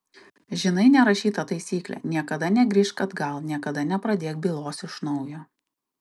žinai nerašytą taisyklę niekada negrįžk atgal niekada nepradėk bylos iš naujo